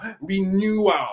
renewal